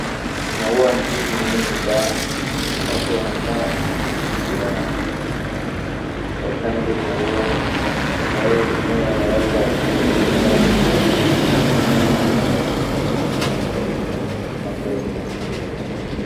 Maua ni kitu muhimu sana. Watu wanafaa wapande maua kwa sababu mimea inayo eza kutengeneza nyumba na kwenye[?].